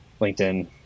linkedin